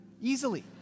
Easily